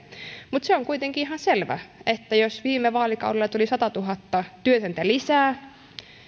mutta se on kuitenkin ihan selvä että jos viime vaalikaudella tuli satatuhatta työtöntä lisää ja